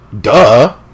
Duh